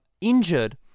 injured